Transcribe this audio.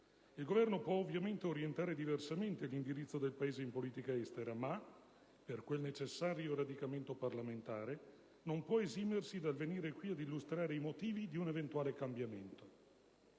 e può ovviamente orientare diversamente l'indirizzo del Paese in politica estera, ma, per quel necessario radicamento parlamentare, non può esimersi dal venire qui ad illustrare i motivi di un eventuale cambiamento.